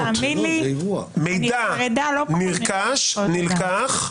מידע נרכש, נלקח,